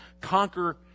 conquer